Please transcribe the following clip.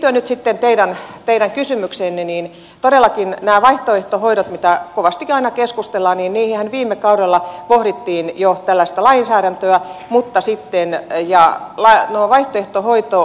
liittyen nyt sitten teidän kysymykseenne niin todellakin näihin vaihtoehtohoitoihinhan mistä kovasti aina keskustellaan viime kaudella pohdittiin jo tällaista lainsäädäntöä mutta sitten eija laine ovaihtoehtohoitoa